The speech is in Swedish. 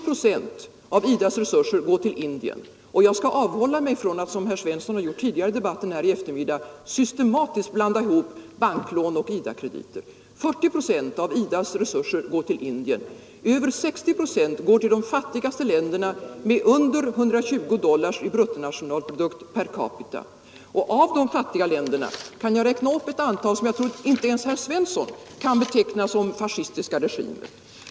Jag skall också avhålla mig från att — som herr Svensson har gjort tidigare i debatten i eftermiddag — systematiskt blanda ihop banklån och IDA-krediter. 40 procent av IDA :s 121 resurser går till Indien, över 60 procent går till de fattigaste länderna, som har under 120 dollars i bruttonationalprodukt per capita. Av de fattiga länderna kan jag räkna upp ett antal IDA-kreditmottagare, som jag tror att inte ens herr Svensson kan beteckna som fascistiska regimer.